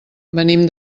venim